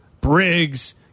Briggs